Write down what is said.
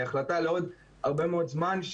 היא החלטה לעוד הרבה מאוד זמן,